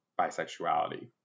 bisexuality